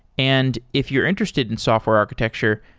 and if you're interested in software architecture,